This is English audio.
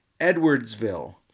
Edwardsville